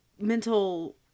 mental